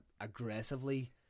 aggressively